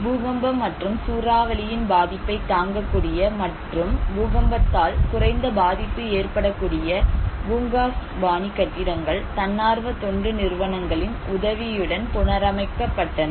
பூகம்பம் மற்றும் சூறாவளியின் பாதிப்பைத் தாங்கக்கூடிய மற்றும் பூகம்பத்தால் குறைந்த பாதிப்பு ஏற்படக்கூடிய பூங்காஸ் பாணி கட்டிடங்கள் தன்னார்வ தொண்டு நிறுவனங்களின் உதவியுடன் புனரமைக்கப் பட்டன